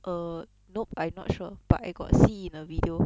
err nope I not sure but I got see in a video